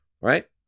right